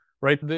right